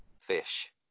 Fish